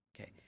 okay